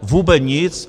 Vůbec nic.